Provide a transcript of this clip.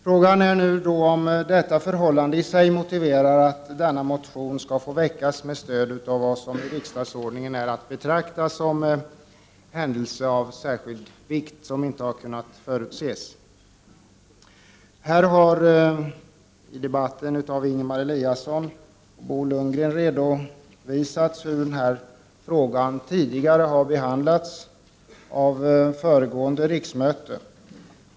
Frågan är nu om detta förhållande i sig motiverar att denna motion skall få väckas med stöd av vad som i riksdagsordningen är att betrakta som händelse av särskild vikt som inte har kunnat förutses. I debatten har Ingemar Eliasson och Bo Lundgren redovisat hur den här frågan har behandlats under föregående riksmöte.